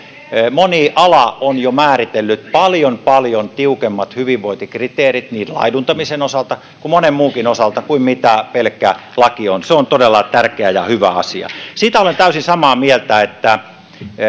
moni ala on jo määritellyt paljon paljon tiukemmat hyvinvointikriteerit niin laiduntamisen osalta kuin monen muunkin osalta kuin mitä pelkkä laki on se on todella tärkeä ja hyvä asia siitä olen täysin samaa mieltä että